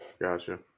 Gotcha